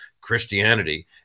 christianity